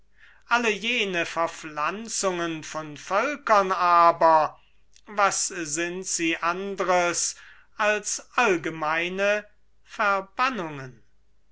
alle jene verpflanzungen von völkern aber was sind sie andres als allgemeine verbannungen